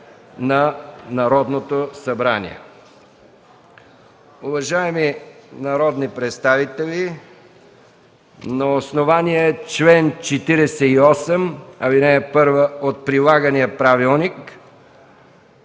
на Народното събрание.” Уважаеми народни представители, на основание чл. 48, ал. 1 от прилагания правилник